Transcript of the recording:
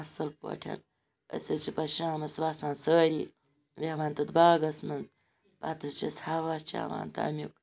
اَصل پٲٹھۍ أسۍ حظ چھِ پَتہٕ شامَس وَسان سٲری بیٚہوان تَتھ باغَس مَنٛز پَتہٕ حظ چھِ أسۍ ہَوا چَوان تمیُک